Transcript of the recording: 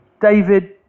David